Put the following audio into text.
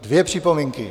Dvě připomínky.